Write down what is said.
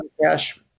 Cash